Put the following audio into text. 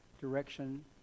direction